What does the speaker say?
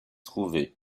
trouvé